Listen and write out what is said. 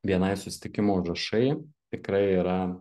bni susitikimų užrašai tikrai yra